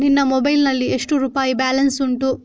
ನಿನ್ನ ಮೊಬೈಲ್ ನಲ್ಲಿ ಎಷ್ಟು ರುಪಾಯಿ ಬ್ಯಾಲೆನ್ಸ್ ಉಂಟು?